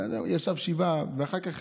בן אדם ישב שבעה, ואחר כך